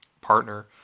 partner